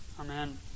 Amen